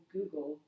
Google